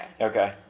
Okay